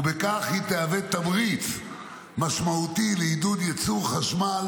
ובכך היא תהווה תמריץ משמעותי לעידוד ייצור חשמל